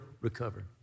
recover